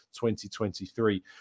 2023